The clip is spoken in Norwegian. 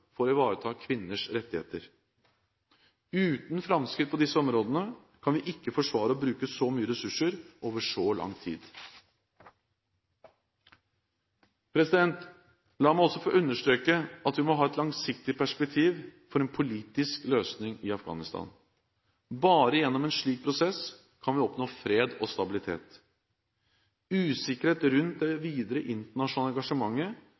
for å ivareta kvinners rettigheter. Uten framskritt på disse områdene kan vi ikke forsvare å bruke så mye ressurser over så lang tid. La meg også få understreke at vi må ha et langsiktig perspektiv for en politisk løsning i Afghanistan. Bare gjennom en slik prosess kan vi oppnå fred og stabilitet. Usikkerhet rundt det videre internasjonale engasjementet